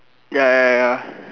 ya ya ya ya